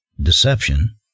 deception